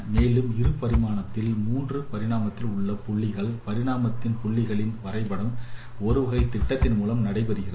மேலும் இரு பரிணாமத்தில் மூன்று பரிணாமத்தில் உள்ள புள்ளிகள் பரிணாமத்தில் புள்ளிகளின் வரைபடம் ஒருவகை திட்டத்தின் மூலம் நடைபெறுகிறது